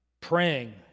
praying